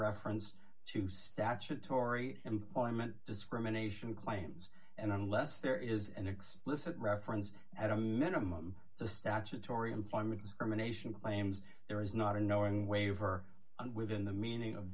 reference to statutory employment discrimination claims and unless there is an explicit reference at a minimum the statutory employment discrimination claims there is not a knowing waiver within the meaning of